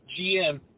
GM